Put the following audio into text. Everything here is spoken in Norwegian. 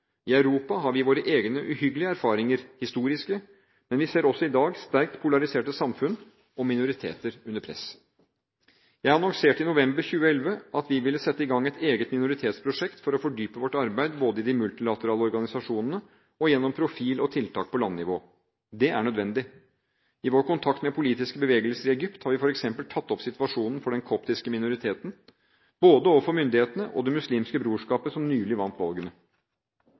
I Europa har vi våre egne uhyggelige erfaringer, historiske, men vi ser også i dag sterkt polariserte samfunn og minoriteter under press. Jeg annonserte i november 2011 at vi ville sette i gang et eget minoritetsprosjekt for å fordype vårt arbeid, både i de multilaterale organisasjonene og gjennom profil og tiltak på landnivå. Det er nødvendig. I vår kontakt med politiske bevegelser i Egypt har vi f.eks. tatt opp situasjonen for den koptiske minoriteten, både overfor myndighetene og det muslimske brorskapet som nylig vant valgene.